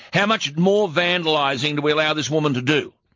how much more vandalising do we allow this woman to do?